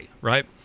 Right